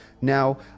Now